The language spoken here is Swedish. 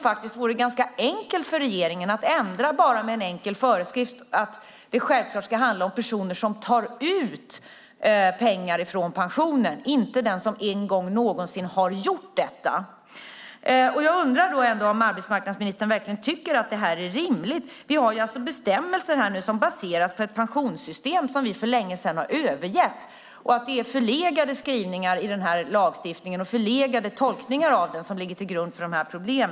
Det vore ganska lätt för regeringen att genom en enkel föreskrift ändra på det så att det självklart ska handla om personer som tar ut pengar från pensionen, inte om personer som någon gång har gjort det. Jag undrar om arbetsmarknadsministern verkligen tycker att detta är rimligt. Vi har alltså bestämmelser som baseras på ett pensionssystem som vi för länge sedan har övergett. Det är förlegade skrivningar i lagen, och förlegade tolkningar av den ligger till grund för dessa problem.